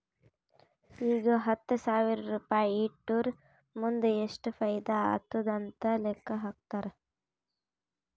ಈಗ ಹತ್ತ್ ಸಾವಿರ್ ರುಪಾಯಿ ಇಟ್ಟುರ್ ಮುಂದ್ ಎಷ್ಟ ಫೈದಾ ಆತ್ತುದ್ ಅಂತ್ ಲೆಕ್ಕಾ ಹಾಕ್ಕಾದ್